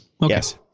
Yes